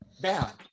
bad